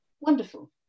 Wonderful